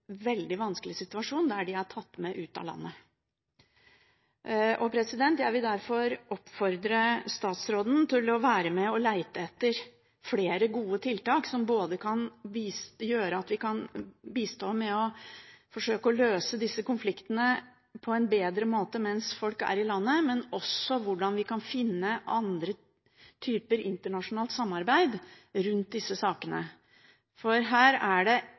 veldig vanskelig situasjon når de er tatt med ut av landet. Jeg vil derfor oppfordre statsråden til å være med på å lete etter flere gode tiltak som gjør at vi både kan bistå med å forsøke å løse disse konfliktene på en bedre måte mens folk er i landet, og finne fram til et internasjonalt samarbeid om disse sakene. Her er det én interesse vi må ha for øye, og det er å verge disse barna – enten det